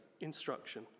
instruction